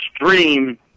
extreme